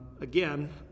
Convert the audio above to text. Again